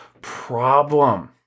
problem